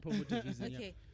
Okay